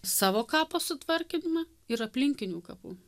savo kapo sutvarkymą ir aplinkinių kapų